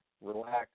relax